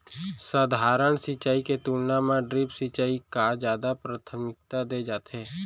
सधारन सिंचाई के तुलना मा ड्रिप सिंचाई का जादा प्राथमिकता दे जाथे